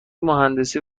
مهندسی